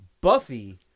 Buffy